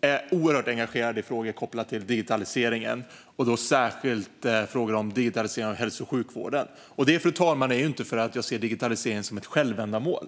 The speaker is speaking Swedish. är oerhört engagerad i frågor kopplade till digitaliseringen och då särskilt frågor om digitalisering av hälso och sjukvården. Och det, fru talman, är inte för att jag ser digitaliseringen som ett självändamål.